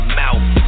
mouth